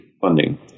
funding